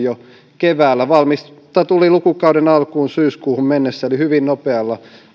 jo keväällä valmista tuli lukukauden alkuun syyskuuhun mennessä eli hyvin nopealla